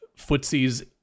footsies